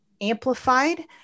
amplified